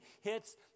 hits